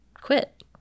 quit